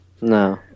No